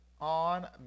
on